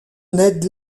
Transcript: ned